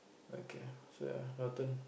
okay so ya your turn